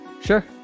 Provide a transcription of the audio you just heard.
Sure